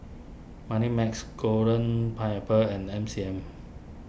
Moneymax Golden Pineapple and M C M